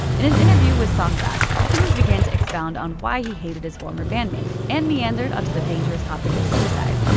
in an interview with songfacts, simmons began to expound on why he hated his former bandmates, and meandered onto the dangerous topic of suicide.